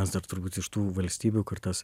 mes dar turbūt iš tų valstybių kur tas